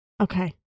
Okay